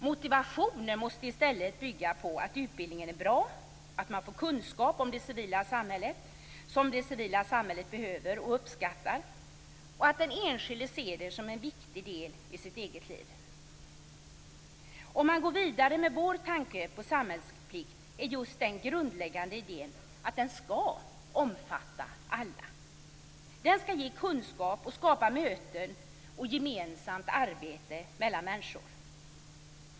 Motivationen måste i stället bygga på att utbildningen är bra, att man får en sådan kunskap om det civila samhället som det civila samhället behöver och uppskattar och att den enskilde ser det som en viktig del i sitt eget liv. Om man går vidare med vår tanke på samhällsplikt är just den grundläggande idén att den skall omfatta alla. Den skall ge kunskap och skapa möten och gemensamt arbete mellan människor.